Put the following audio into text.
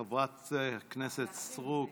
את לא יכולה להעלות את זה, חברת הכנסת סטרוק.